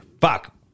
fuck